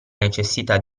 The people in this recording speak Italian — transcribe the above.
necessità